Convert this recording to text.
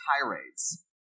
tirades